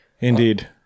Indeed